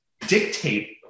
dictate